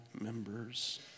members